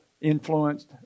influenced